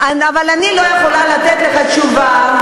אבל אני לא יכולה לתת לך תשובה,